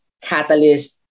catalyst